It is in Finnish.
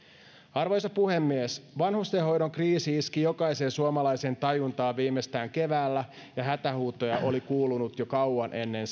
arvoisa puhemies vanhustenhoidon kriisi iski jokaisen suomalaisen tajuntaan viimeistään keväällä ja hätähuutoja oli kuulunut jo kauan ennen